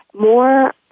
more